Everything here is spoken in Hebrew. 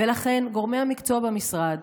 ולכן גורמי המקצוע במשרד,